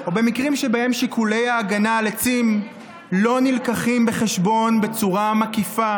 או במקרים שבהם שיקולי ההגנה על עצים לא מובאים בחשבון בצורה מקיפה